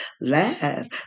Laugh